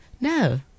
no